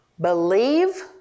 Believe